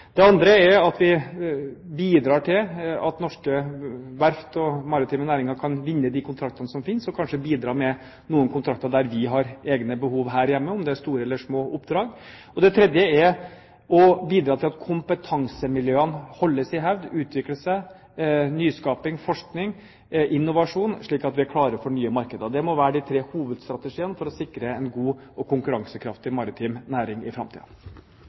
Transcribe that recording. Det andre er at vi bidrar til at norske verft og maritime næringer kan vinne de kontraktene som finnes, og kanskje bidra med noen kontrakter der vi har egne behov her hjemme, om det er store eller små oppdrag. Det tredje er å bidra til at kompetansemiljøene holdes i hevd, utvikler seg, driver med nyskaping, forskning og innovasjon, slik at vi er klare for nye markeder. Det må være de tre hovedstrategiene for å sikre en god og konkurransekraftig maritim næring i